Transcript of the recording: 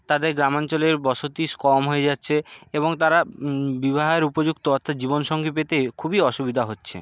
তাদের গ্রামাঞ্চলের বসতি কম হয়ে যাচ্ছে এবং তারা বিবাহের উপযুক্ত অর্থাৎ জীবন সঙ্গী পেতে খুবই অসুবিধা হচ্ছে